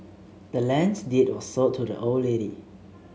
the land's deed was sold to the old lady